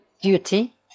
duty